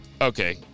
Okay